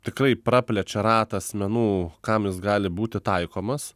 tikrai praplečia ratą asmenų kam jis gali būti taikomas